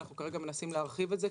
כרגע אנחנו מנסים להרחיב את זה,